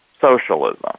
socialism